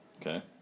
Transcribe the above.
Okay